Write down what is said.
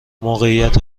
موقعیت